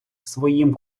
своїм